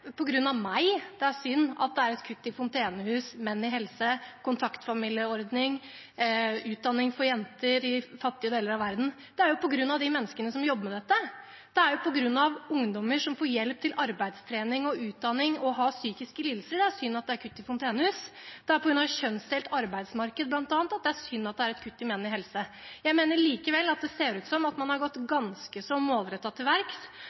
meg det er synd at det er kutt i fontenehus, Menn i helse, kontaktfamilieordning og utdanning for jenter i fattige deler av verden, det er på grunn av de menneskene som jobber med dette. Det er på grunn av ungdommer som får hjelp til arbeidstrening og utdanning, og som har psykiske lidelser, det er synd at det er kutt i fontenehus. Det er på grunn av bl.a. et kjønnsdelt arbeidsmarked det er synd at det er et kutt i Menn i helse. Jeg mener likevel at det ser ut som om man har gått ganske så målrettet til